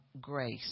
grace